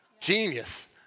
Genius